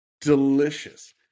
delicious